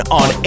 on